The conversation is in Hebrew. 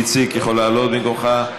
איציק יכול לעלות במקומך?